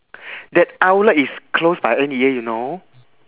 that outlet is closed by N_E_A you know